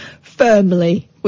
Firmly